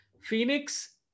Phoenix